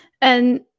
And-